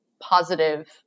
positive